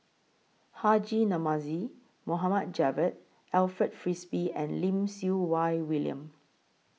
Haji Namazie Mohd Javad Alfred Frisby and Lim Siew Wai William